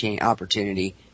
opportunity